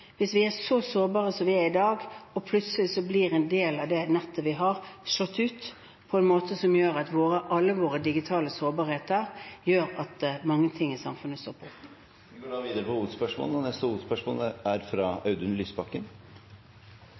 hvis vi er så sårbare som vi er i dag – og en del av det nettet vi har, plutselig blir slått ut fordi alle våre digitale sårbarheter gjør at mange ting i samfunnet stopper opp. Vi går til neste hovedspørsmål. Ulikhetene i makt og